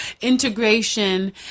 integration